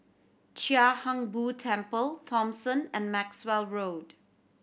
Chia Hung Boo Temple Thomson and Maxwell Road